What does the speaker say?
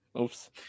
Oops